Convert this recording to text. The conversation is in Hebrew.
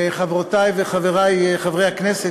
חברותי וחברי חברי הכנסת,